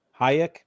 Hayek